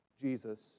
Jesus